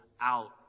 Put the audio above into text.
out